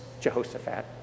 Jehoshaphat